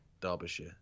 Derbyshire